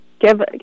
Give